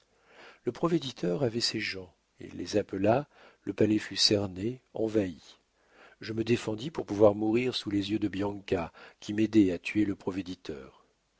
le provéditeur avait ses gens il les appela le palais fut cerné envahi je me défendis pour pouvoir mourir sous les yeux de bianca qui m'aidait à tuer le